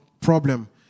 problem